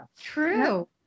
true